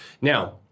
Now